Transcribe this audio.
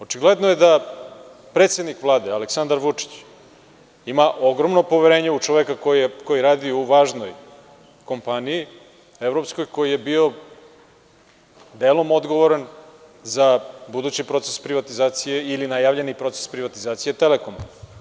Očigledno je da predsednik Vlade Aleksandar Vučić ima ogromno poverenje u čoveka koji je radio u važnoj kompaniji, evropskoj, koji je bio delom odgovoran za budući proces privatizacije ili najavljeni proces privatizacije „Telekoma“